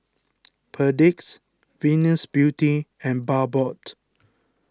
Perdix Venus Beauty and Bardot